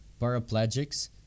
paraplegics